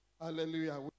Hallelujah